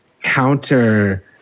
counter